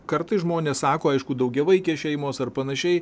kartais žmonės sako aišku daugiavaikės šeimos ar panašiai